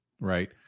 Right